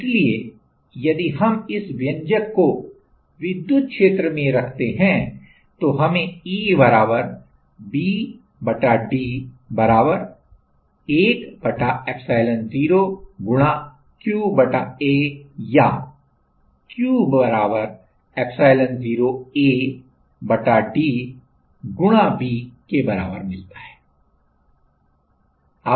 इसलिए यदि हम इस व्यंजक को विद्युत क्षेत्र में रखते हैं तो हमे E V d 1 एप्सिलॉन0 गुणा Q A या Q epsilon A d V के बराबर मिलता है